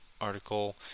article